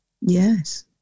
Yes